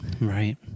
Right